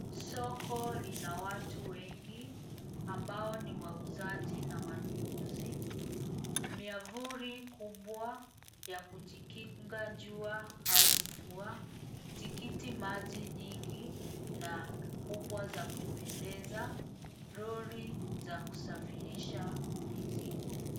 Soko lina watu wengi ambao ni wauzaji na wanunuzi. Miavuli kubwa ya kujikinga jua au mvua. Tikitimaji nyingi na kubwa za kupendeza. Lori za kusafirisha mizigo.